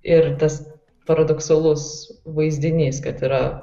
ir tas paradoksalus vaizdinys kad yra